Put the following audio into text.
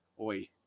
Oi